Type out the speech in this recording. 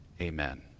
amen